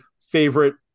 favorite